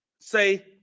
say